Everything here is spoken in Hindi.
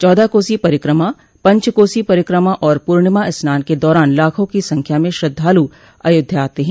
चादह कोसी परिक्रमा पंचकोसी परिक्रमा और पूर्णिमा स्नान के दौरान लाखों की संख्या में श्रद्धालु अयोध्या आते हैं